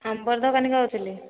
ଆମ୍ବର ଦୋକାନୀ କହୁଥିଲି